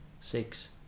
six